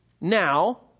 now